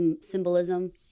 symbolism